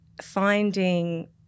finding